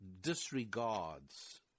disregards